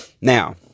Now